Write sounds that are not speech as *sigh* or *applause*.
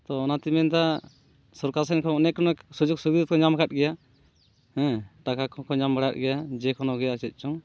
ᱛᱚ ᱚᱱᱟᱛᱮᱧ ᱢᱮᱱᱫᱟ ᱥᱚᱠᱟᱨ ᱥᱮᱱ ᱠᱷᱚᱱ ᱚᱱᱮᱠ ᱚᱱᱮᱠ ᱥᱳᱡᱳᱜᱽ ᱥᱩᱵᱤᱛᱟ ᱠᱚ ᱧᱟᱢ ᱠᱟᱫ ᱜᱮᱭᱟ ᱦᱮᱸ ᱴᱟᱠᱟ ᱠᱟᱦᱚᱸᱠᱚ ᱧᱟᱢ ᱵᱟᱲᱟᱣ ᱠᱟᱫ ᱜᱮᱭᱟ ᱡᱮᱠᱳᱱᱳᱜᱮ ᱟᱨ ᱪᱮᱫ ᱪᱚᱝ *unintelligible*